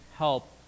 help